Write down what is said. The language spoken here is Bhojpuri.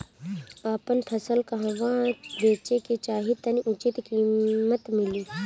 आपन फसल कहवा बेंचे के चाहीं ताकि उचित कीमत मिली?